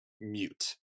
mute